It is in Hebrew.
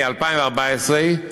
2014,